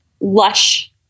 lush